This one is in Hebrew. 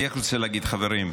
אני רק רוצה להגיד, חברים,